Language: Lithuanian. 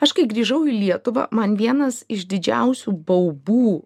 aš kai grįžau į lietuvą man vienas iš didžiausių baubų